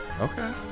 Okay